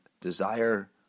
desire